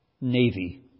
navy